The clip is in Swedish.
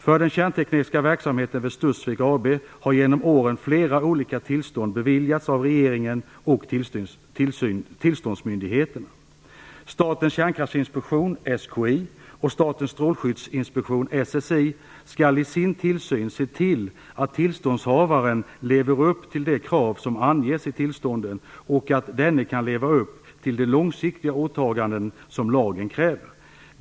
För den kärntekniska verksamheten vid Studsvik AB har genom åren flera olika tillstånd beviljats av regeringen och tillståndsmyndigheterna. Statens kärnkraftsinspektion, SKI, och Statens strålskyddsinstitut, SSI, skall i sin tillsyn se till att tillståndshavaren lever upp till de krav som anges i tillstånden och att denne kan leva upp till de långsiktiga åtaganden som lagen kräver.